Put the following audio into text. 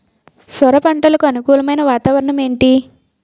సొర పంటకు అనుకూలమైన వాతావరణం ఏంటి?